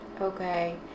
okay